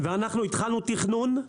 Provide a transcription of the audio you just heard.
ואנחנו התחלנו תכנון,